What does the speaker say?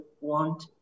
want